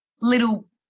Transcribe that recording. little